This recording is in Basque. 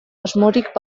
asmorik